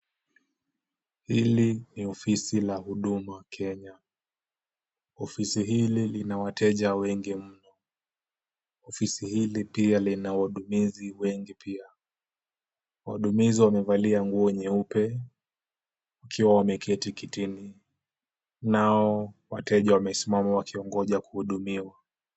Hili ni ofisi la Huduma Kenya. Ofisi hili lina wateja wengi mno. Ofisi hili pia lina wahudumu wengi pia. Wahudumu wamevalia nguo nyeupe wakiwa wameketi kitini nao wateja wamesimama wakingojea kuhudumiwa.